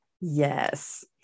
Yes